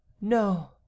no